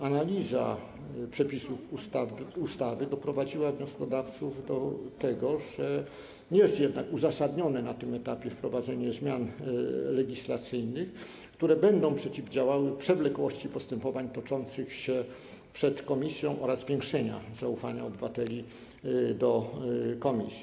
Analiza przepisów ustawy doprowadziła wnioskodawców do przekonania, że jest jednak uzasadnione na tym etapie wprowadzenie zmian legislacyjnych, które będą przeciwdziałały przewlekłości postępowań toczących się przed komisją oraz służyły zwiększeniu zaufania obywateli do komisji.